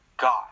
God